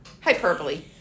hyperbole